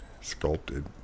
sculpted